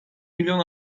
milyon